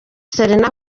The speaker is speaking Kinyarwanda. serena